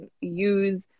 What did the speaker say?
use